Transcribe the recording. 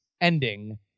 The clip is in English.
ending